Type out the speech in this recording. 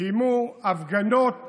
קיימו הפגנות